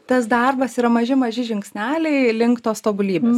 tas darbas yra maži maži žingsneliai link tos tobulybės